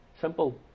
Simple